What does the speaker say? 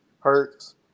Hurts